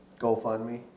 gofundme